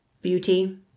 beauty